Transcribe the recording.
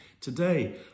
today